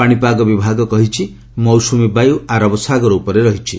ପାଣିପାଗ ବିଭାଗ କହିଛି ମୌସୁମୀ ବାୟୁ ଆରବ ସାଗର ଉପରେ ରହିଛି